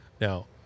Now